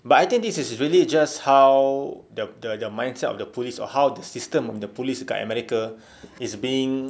but I think this is really just how the the mindset of the police or how the system of the police dekat america is being